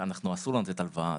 אסור לנו לתת הלוואה,